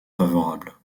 favorable